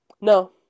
no